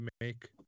make